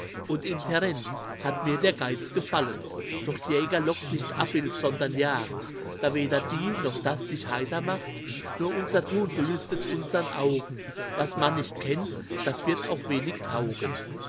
und im terenz hat mir der geiz gefallen doch jäger lockt nicht abbild sondern jagd da weder die noch das dich heiter macht nur unser tun gelüstet unsern augen was man nicht kennt das wird auch wenig taugen